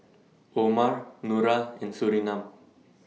Omar Nura and Surinam